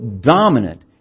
dominant